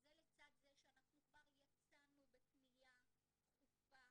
וזה לצד זה שאנחנו כבר יצאנו בפנייה דחופה